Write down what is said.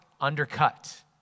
undercut